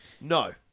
no